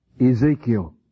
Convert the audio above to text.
Ezekiel